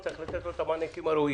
צריך לתת לו את המענקים הראויים.